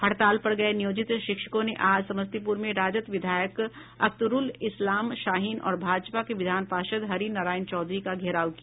हड़ताल पर गये नियोजित शिक्षकों ने आज समस्तीपुर में राजद विधायक अख्तरूल इस्लाम शाहीन और भाजपा के विधान पार्षद हरि नारायण चौधरी का घेराव किया